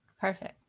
Perfect